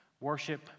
Worship